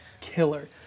killer